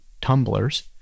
tumblers